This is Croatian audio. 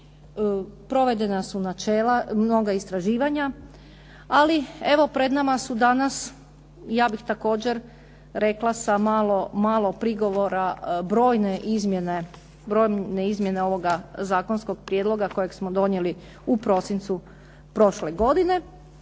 Provedena su načela, mnoga istraživanja, ali evo pred nama su danas ja bih također rekla sa malo prigovora brojne izmjene ovoga zakonskog prijedloga kojeg smo donijeli u prosincu prošle godine,